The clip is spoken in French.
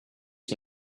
qui